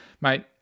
mate